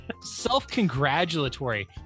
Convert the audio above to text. self-congratulatory